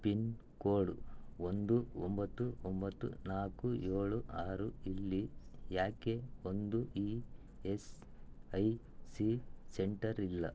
pin code ಒಂದು ಒಂಬತ್ತು ಒಂಬತ್ತು ನಾಲ್ಕು ಏಳು ಆರು ಇಲ್ಲಿ ಯಾಕೆ ಒಂದೂ E S I C centre ಇಲ್ಲ